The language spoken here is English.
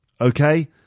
okay